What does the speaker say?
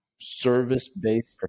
service-based